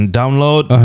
download